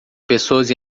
pessoas